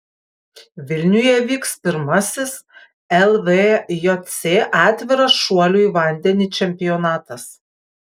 vilniuje vyks pirmasis lvjc atviras šuolių į vandenį čempionatas